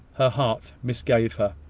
her heart misgave her.